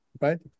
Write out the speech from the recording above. right